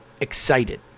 excited